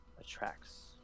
attracts